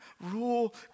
rule